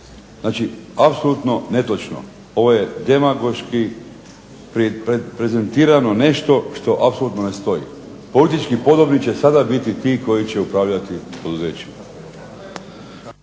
Znači, apsolutno netočno. Ovo je demagoški prezentirano nešto što apsolutno ne stoji. Politički podobni će sada biti ti koji će upravljati poduzećima.